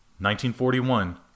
1941